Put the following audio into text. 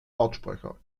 lautsprecher